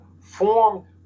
form